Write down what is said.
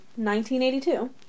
1982